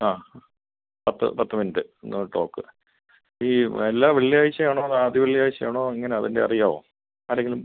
ആ പത്ത് പത്ത് മിനിറ്റ് നിന്ന് ടോക്ക് ഈ എല്ലാ വെള്ളിയാഴ്ച ആണോ ആദ്യ വെള്ളിയാഴ്ച ആണോ എങ്ങനെ അതിൻ്റെ അറിയോ ആരെങ്കിലും